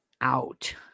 out